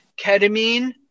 ketamine